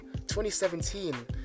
2017